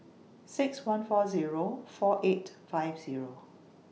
six one four Zero four eight five Zero